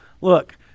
Look